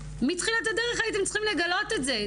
מתחילת הדרך הייתם צריכים לגלות את זה.